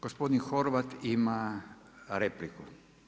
Gospodin Horvat ima repliku.